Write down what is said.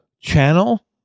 channel